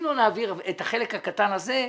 אם לא נעביר את החלק הקטן הזה,